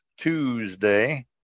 Tuesday